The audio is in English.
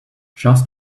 just